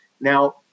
Now